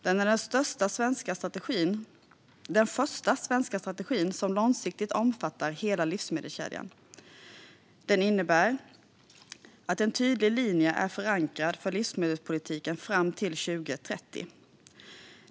Den är den första svenska strategi som långsiktigt omfattar hela livsmedelskedjan. Den innebär en tydlig, förankrad linje för livsmedelspolitiken fram till 2030.